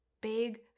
Big